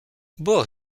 бог